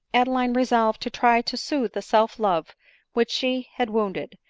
adeline resolved to try to sooth the self-love which she had wounded,